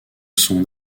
son